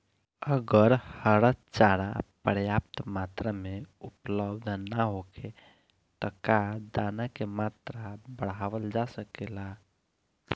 अगर हरा चारा पर्याप्त मात्रा में उपलब्ध ना होखे त का दाना क मात्रा बढ़ावल जा सकेला?